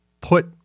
put